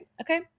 okay